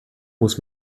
muss